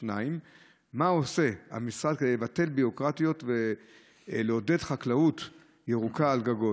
2. מה עושה המשרד כדי לבטל ביורוקרטיות ולעודד חקלאות ירוקה על גגות?